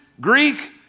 Greek